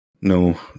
No